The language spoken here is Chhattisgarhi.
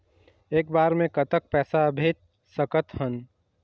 एक बार मे कतक पैसा भेज सकत हन?